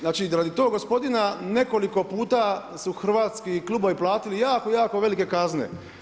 Znači radi tog gospodina nekoliko puta su hrvatski klubovi platili jako jako velike kazne.